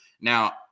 Now